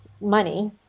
money